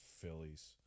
Phillies